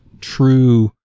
true